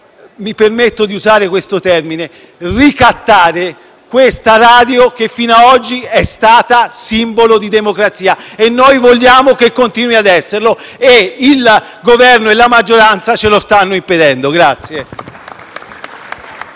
mi permetto di usare questo termine - che fino a oggi è stata simbolo di democrazia. Noi vogliamo che continui ad esserlo, ma il Governo e la maggioranza ce lo stanno impedendo.